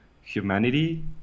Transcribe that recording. humanity